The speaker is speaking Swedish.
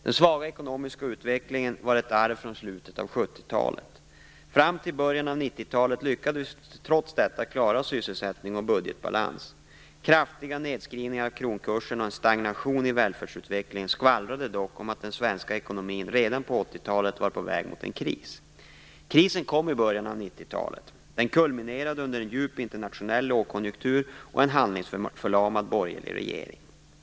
Den svaga ekonomiska utvecklingen var ett arv från slutet av 1970 talet. Fram till början av 1990-talet lyckades vi trots detta klara sysselsättning och budgetbalans. Den kraftiga nedskrivningen av kronkursen och en stagnation i välfärdsutvecklingen skvallrade dock om att den svenska ekonomin redan på 1980-talet var på väg mot en kris. Krisen kom i början av 1990-talet. Den kulminerade under en djup internationell lågkonjunktur och en handlingsförlamad borgerlig regering.